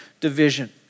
division